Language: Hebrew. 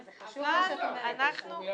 זה חשוב לנו שאת אומרת את זה.